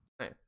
Nice